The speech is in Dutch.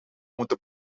moeten